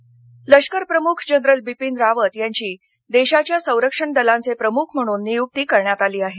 रावत सरसेनाध्यक्ष लष्कर प्रमुख जनरल बिपीन रावत यांची देशाच्या संरक्षण दलांचे प्रमुख म्हणून नियुक्ती करण्यात आली आहे